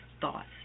thoughts